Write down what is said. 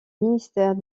ministère